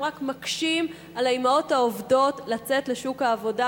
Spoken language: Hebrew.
רק מקשים על האמהות העובדות לצאת לשוק העבודה,